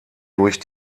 durch